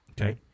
Okay